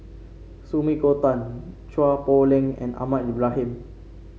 Sumiko Tan Chua Poh Leng and Ahmad Ibrahim